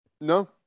no